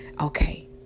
okay